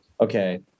okay